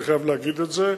אני חייב להגיד את זה,